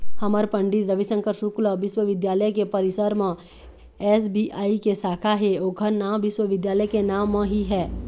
हमर पंडित रविशंकर शुक्ल बिस्वबिद्यालय के परिसर म एस.बी.आई के साखा हे ओखर नांव विश्वविद्यालय के नांव म ही है